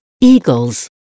eagles